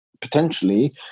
potentially